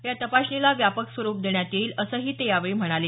या तपासणीला व्यापक स्वरूप देण्यात येईल असंही ते यावेळी म्हणाले